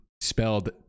Spelled